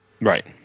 right